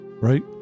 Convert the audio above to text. Right